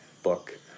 book